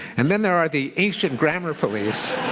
and then there are the ancient grammar police